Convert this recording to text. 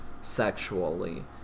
sexually